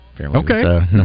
Okay